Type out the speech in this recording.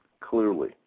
Clearly